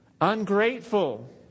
Ungrateful